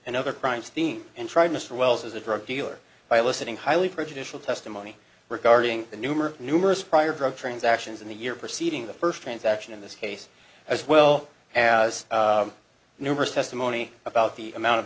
another crime scene and tried mr wells as a drug dealer by eliciting highly prejudicial testimony regarding the numerous numerous prior drug transactions in the year preceeding the first transaction in this case as well as numerous testimony about the amount of